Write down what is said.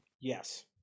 Yes